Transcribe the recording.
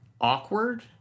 awkward